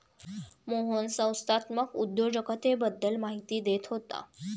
मोहन संस्थात्मक उद्योजकतेबद्दल माहिती देत होता